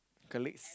colleagues